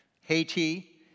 Haiti